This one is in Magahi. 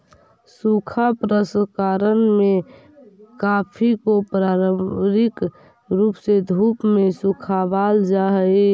सूखा प्रसंकरण में कॉफी को पारंपरिक रूप से धूप में सुखावाल जा हई